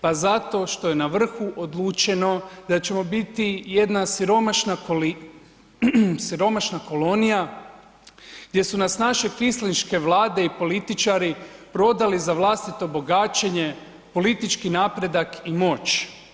Pa zato što je na vrhu odlučeno da ćemo biti jedna siromašna kolonija, gdje su nas naše kvislinške vlade i političari prodali za vlastito bogaćenje, politički napredak i moć.